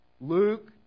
Luke